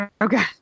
Okay